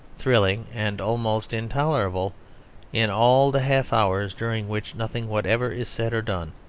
thrilling, and almost intolerable in all the half hours during which nothing whatever is said or done.